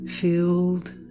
Filled